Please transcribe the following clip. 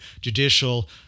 judicial